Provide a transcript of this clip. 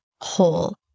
whole